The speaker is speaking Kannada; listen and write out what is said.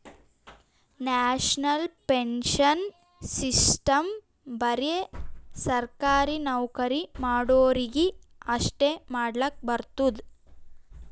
ನ್ಯಾಷನಲ್ ಪೆನ್ಶನ್ ಸಿಸ್ಟಮ್ ಬರೆ ಸರ್ಕಾರಿ ನೌಕರಿ ಮಾಡೋರಿಗಿ ಅಷ್ಟೇ ಮಾಡ್ಲಕ್ ಬರ್ತುದ್